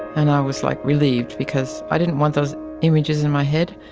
and i was like relieved because i didn't want those images in my head,